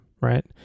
right